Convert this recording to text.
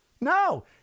No